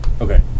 Okay